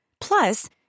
Plus